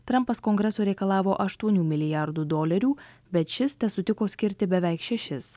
trampas kongreso reikalavo aštuonių milijardų dolerių bet šis nesutiko skirti beveik šešis